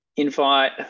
Invite